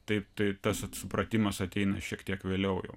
taip tai tas supratimas ateina šiek tiek vėliau aju